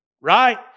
right